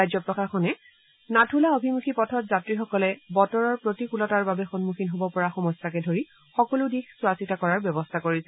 ৰাজ্য প্ৰশাসনে নাথুলা অভিমুখীপথত যাত্ৰীসকলে বচৰৰ পৰিৱৰ্তনৰ বাবে সন্মুখীন হ'ব পৰা সমস্যাকে ধৰি সকলো দিশ চোৱাচিতা কৰাৰ ব্যৱস্থা কৰিছে